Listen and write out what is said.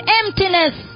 emptiness